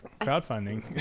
crowdfunding